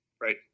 Right